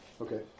Okay